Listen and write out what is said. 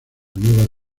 nueva